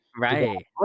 Right